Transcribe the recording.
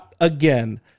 again